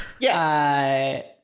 Yes